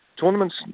tournaments